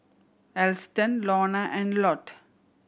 Alston Lorna and Lott